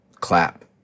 clap